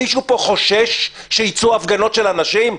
מישהו פה חושש שייצאו הפגנות של אנשים?